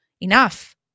Enough